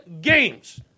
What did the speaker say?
games